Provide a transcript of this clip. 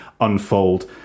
unfold